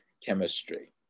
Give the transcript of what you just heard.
chemistry